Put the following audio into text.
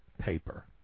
paper